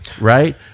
right